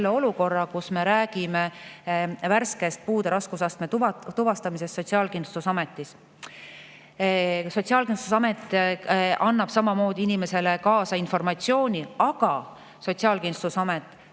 olukorra, kus me räägime värskest puude raskusastme tuvastamisest Sotsiaalkindlustusametis. Sotsiaalkindlustusamet annab samamoodi inimesele kaasa informatsiooni, aga Sotsiaalkindlustusamet